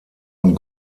und